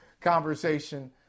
conversation